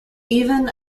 even